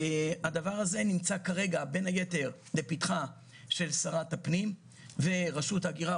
הדבר הזה נמצא כרגע בין היתר לפתחה של שרת הפנים ורשות ההגירה,